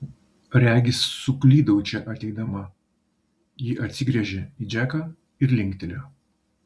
regis suklydau čia ateidama ji atsigręžė į džeką ir linktelėjo